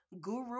guru